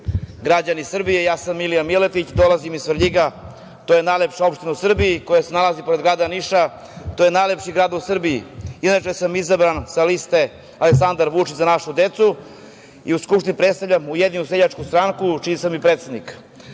građani Srbije, ja sam Milija Miletić, dolazim iz Svrljiga. To je najlepša opština u Srbiji, koja se nalazi pored grada Niša. To je najlepši grad u Srbiji. Inače sam izabran sa liste Aleksandar Vučić – za našu decu i Skupštini predstavljam Ujedinjenu seljačku stranku, čiji sam i predsednik. Evo,